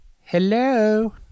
Hello